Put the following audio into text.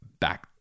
back